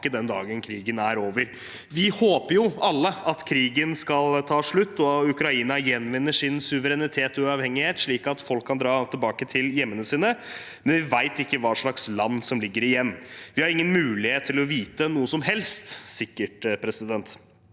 den dagen krigen er over. Vi håper jo alle at krigen skal ta slutt, og at Ukraina gjenvinner sin suverenitet og uavhengighet, slik at folk kan dra tilbake til hjemmet sitt, men vi vet ikke hva slags land som ligger igjen. Vi har ingen mulighet til å vite noe som helst sikkert. Ukrainerne